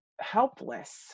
helpless